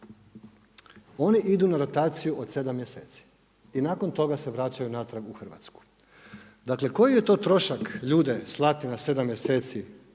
oni idu na rotaciju od 7 mjeseci i nakon toga se vraćaju natrag u Hrvatsku. Dakle, koji je to trošak ljude slati na 7 mjeseci